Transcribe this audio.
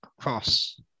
cross